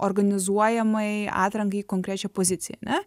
organizuojamai atrankai į konkrečią poziciją ar ne